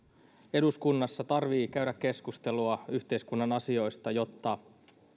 eduskunnassa tarvitsee käydä keskustelua yhteiskunnan asioista jotta